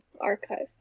archive